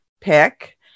pick